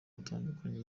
atandukanye